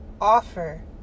offer